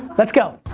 let's go.